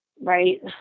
Right